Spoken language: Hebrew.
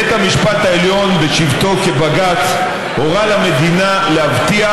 בית המשפט העליון בשבתו כבג"ץ הורה למדינה להבטיח